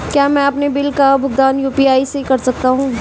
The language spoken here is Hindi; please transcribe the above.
क्या मैं अपने बिल का भुगतान यू.पी.आई से कर सकता हूँ?